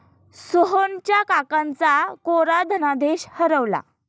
सोहनच्या काकांचा कोरा धनादेश हरवला